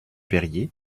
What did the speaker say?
perrier